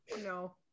No